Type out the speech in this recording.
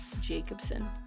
Jacobson